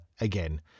again